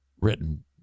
written